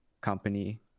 company